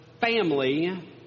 family